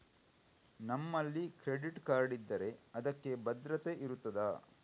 ನಮ್ಮಲ್ಲಿ credit card ಇದ್ದರೆ ಅದಕ್ಕೆ ಭದ್ರತೆ ಇರುತ್ತದಾ?